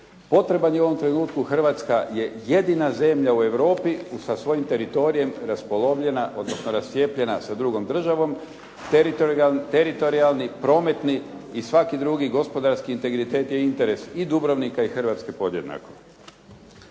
potreban je u ovom trenutku, Hrvatska je jedina zemlja u Europi sa svojim teritorijem raspolovljena, odnosno rascjepljenja sa drugom državom, teritorijalni, prometni i svaki drugi gospodarski integritet je interes i Dubrovnika i Hrvatske podjednako.